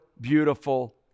beautiful